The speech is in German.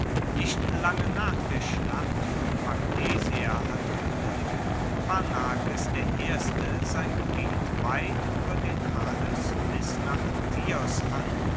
nicht lange nach der schlacht von magnesia hatte könig pharnakes i sein gebiet weit über den halys bis nach tios an